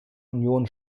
union